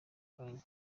kanya